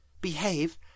Behave